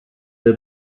the